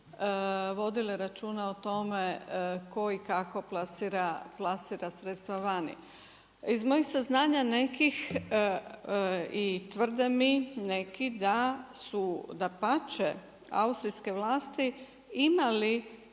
vodile računa o tome tko i kako plasira sredstva vani. Iz mojih saznanja nekih i tvrde mi neki da su dapače austrijske vlasti imali